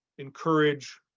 encourage